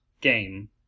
game